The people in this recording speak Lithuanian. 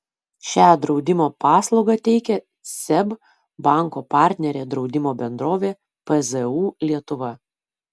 šią draudimo paslaugą teikia seb banko partnerė draudimo bendrovė pzu lietuva